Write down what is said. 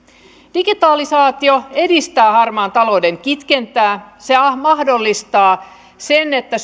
digitalisaatio edistää harmaan talouden kitkentää se mahdollistaa sen että